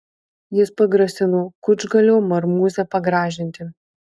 jis pagrasino kučgalio marmūzę pagražinti